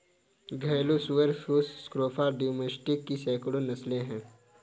घरेलू सुअर Sus scrofa domesticus की सैकड़ों नस्लें हैं